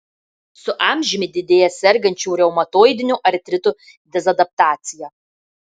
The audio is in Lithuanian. su amžiumi didėja sergančių reumatoidiniu artritu dezadaptacija